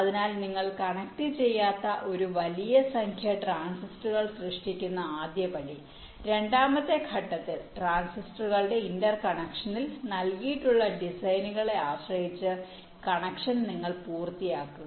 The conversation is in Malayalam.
അതിനാൽ നിങ്ങൾ കണക്ട് ചെയ്യാത്ത ഒരു വലിയ സംഖ്യ ട്രാൻസിസ്റ്ററുകൾ സൃഷ്ടിക്കുന്ന ആദ്യപടി രണ്ടാമത്തെ ഘട്ടത്തിൽ ട്രാൻസിസ്റ്ററുകളുടെ ഇന്റർ കണക്ഷനിൻ നൽകിയിട്ടുള്ള ഡിസൈനുകളെ ആശ്രയിച്ച് കണക്ഷൻ നിങ്ങൾ പൂർത്തിയാക്കുക